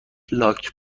لاک